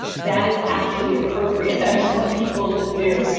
that is actually appropriate. that's what people should do.